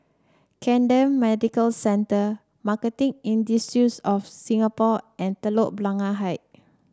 Camden Medical Centre Marketing of Singapore and Telok Blangah Height